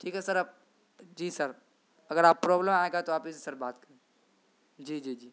ٹھیک ہے سر اب جی سر اگر اب پروبلم آئے گا تو آپ ہی سے سر بات کریں گے جی جی